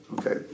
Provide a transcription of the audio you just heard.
Okay